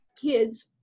kids